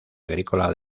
agrícola